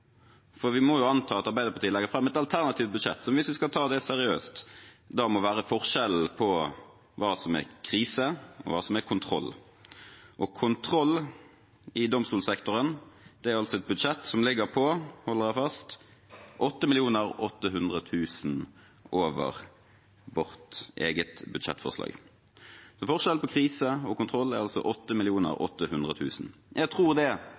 for vi må jo anta at Arbeiderpartiet legger fram et alternativt budsjett som, hvis vi skal ta det seriøst, må være forskjellen på hva som er krise, og hva som er kontroll. Og kontroll i domstolsektoren er altså et budsjett som ligger – hold dere fast – 8 800 000 kr over vårt eget budsjettforslag. Forskjellen på krise og kontroll er altså 8 800 000 kr. Jeg tror det